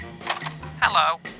Hello